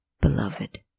Beloved